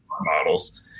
models